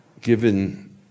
given